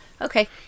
Okay